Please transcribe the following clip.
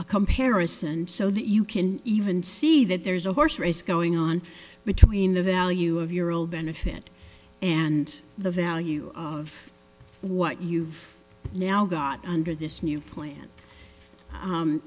a comparison so that you can even see that there's a horse race going on between the value of your old benefit and the value of what you've now got under this new plan